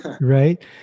Right